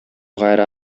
кайра